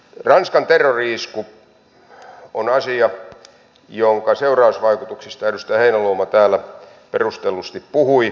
ranskan terrori isku on asia jonka seurausvaikutuksista edustaja heinäluoma täällä perustellusti puhui